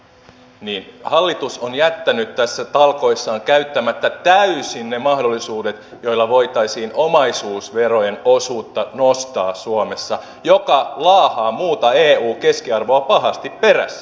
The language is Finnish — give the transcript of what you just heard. ja kun puhutaan vaihtoehdoista niin hallitus on jättänyt näissä talkoissaan käyttämättä täysin ne mahdollisuudet joilla voitaisiin omaisuusverojen osuutta nostaa suomessa joka laahaa muuta eu keskiarvoa pahasti perässä